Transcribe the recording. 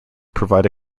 provide